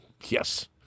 Yes